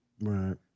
Right